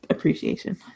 appreciation